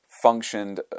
functioned